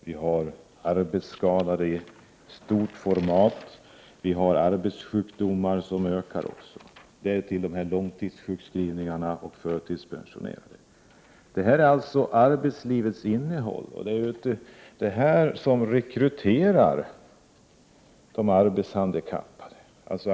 Vi har arbetsskadade i stor omfattning, och vi har arbetssjukdomar som gör att långtidssjukskrivningarna och antalet förtidspensionerade ökar. Detta är alltså arbetslivets innehåll. Det är arbetslivets dåliga utformning som rekryterar de arbetshandikappade.